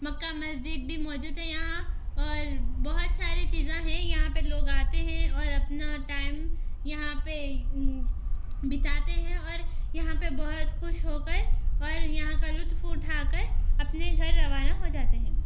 Mecca Masjid بھى موجود ہے يہاں اور بہت ساری چیزیں ہیں یہاں پہ لوگ آتے ہیں اور اپنا ٹائم یہاں پہ بتاتے ہیں اور یہاں پہ بہت خوش ہو کر اور یہاں کا لطف اٹھا کر اپنے گھر روانہ ہو جاتے ہیں